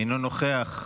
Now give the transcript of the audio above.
אינו נוכח,